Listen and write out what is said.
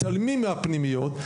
מתעלמים מהפנימיות,